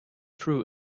threw